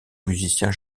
musiciens